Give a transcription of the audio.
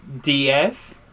DS